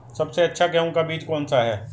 सबसे अच्छा गेहूँ का बीज कौन सा है?